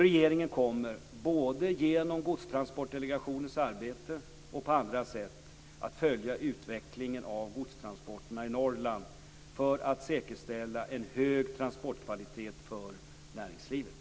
Regeringen kommer, både genom Godstransportdelegationens arbete och på andra sätt, att följa utvecklingen av godstransporterna i Norrland för att säkerställa en hög transportkvalitet för näringslivet.